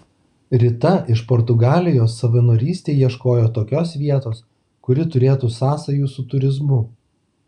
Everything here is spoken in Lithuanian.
rita iš portugalijos savanorystei ieškojo tokios vietos kuri turėtų sąsajų su turizmu